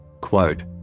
quote